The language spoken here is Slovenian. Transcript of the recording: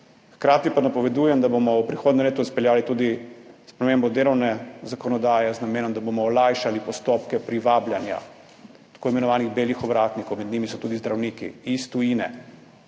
Hkrati pa napovedujem, da bomo v prihodnjem letu izpeljali tudi spremembo delovne zakonodaje z namenom, da bomo olajšali postopke privabljanja tako imenovanih belih ovratnikov, med njimi so tudi zdravniki iz tujine,